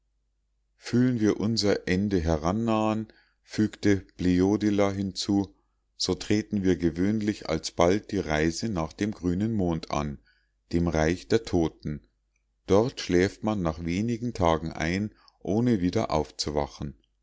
fühlen wir unser ende herannahen fügte bleodila hinzu so treten wir gewöhnlich alsbald die reise nach dem grünen mond an dem reich der toten dort schläft man nach wenigen tagen ein ohne wieder aufzuwachen